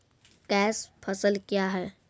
Cash फसल क्या हैं?